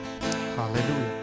Hallelujah